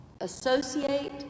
Associate